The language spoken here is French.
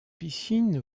piscine